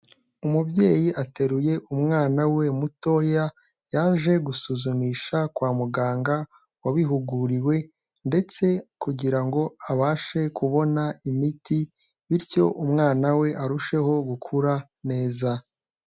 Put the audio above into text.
Umubyeyi ateruye umwana we mutoya yaje gusuzumisha kwa muganga wabihuguriwe ndetse kugira ngo abashe kubona imiti bityo umwana we arusheho gukura neza.